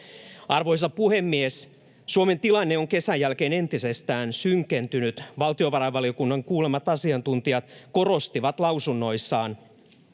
Arvoisa puhemies! Suomen tilanne on kesän jälkeen entisestään synkentynyt. Valtiovarainvaliokunnan kuulemat asiantuntijat korostivat lausunnoissaan